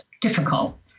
difficult